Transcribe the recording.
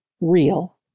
real